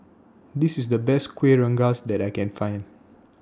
This IS The Best Kuih Rengas that I Can Find